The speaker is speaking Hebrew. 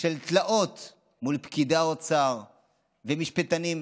של תלאות מול פקידי האוצר ומשפטנים,